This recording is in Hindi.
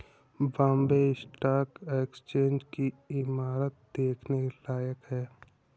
बॉम्बे स्टॉक एक्सचेंज की इमारत देखने लायक है